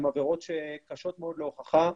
הן עבירות שקשות מאוד להוכחה,